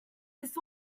this